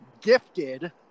gifted